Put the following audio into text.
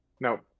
No